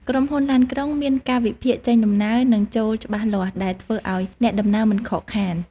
ក្រុមហ៊ុនឡានក្រុងមានកាលវិភាគចេញដំណើរនិងចូលច្បាស់លាស់ដែលធ្វើឱ្យអ្នកដំណើរមិនខកខាន។